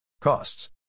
Costs